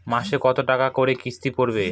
মাসে কত টাকা করে কিস্তি পড়বে?